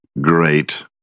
great